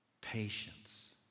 patience